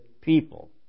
people